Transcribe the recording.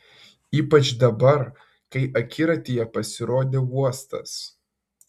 ypač dabar kai akiratyje pasirodė uostas